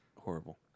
Horrible